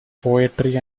poetry